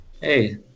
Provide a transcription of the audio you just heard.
Hey